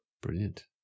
Brilliant